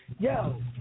Yo